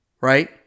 right